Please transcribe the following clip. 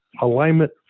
Alignment